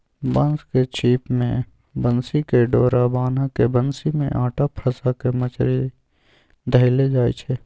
बांस के छिप में बन्सी कें डोरा बान्ह् के बन्सि में अटा फसा के मछरि धएले जाइ छै